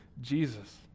Jesus